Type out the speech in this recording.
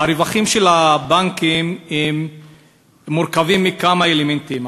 הרווחים של הבנקים מורכבים מכמה אלמנטים,